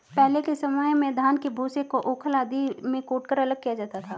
पहले के समय में धान के भूसे को ऊखल आदि में कूटकर अलग किया जाता था